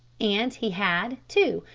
and he had, too,